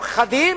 חדים,